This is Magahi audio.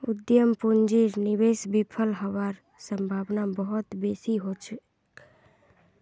उद्यम पूंजीर निवेश विफल हबार सम्भावना बहुत बेसी छोक